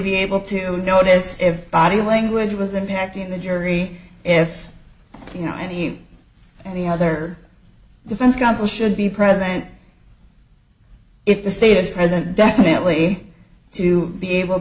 be able to notice if body language was impacting the jury if you know any any other defense counsel should be president if the state is present definitely to be able